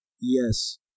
yes